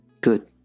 Good